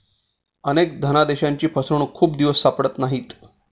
अनेक धनादेशांची फसवणूक खूप दिवस सापडत नाहीत